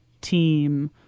team